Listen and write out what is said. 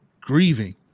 grieving